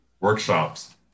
workshops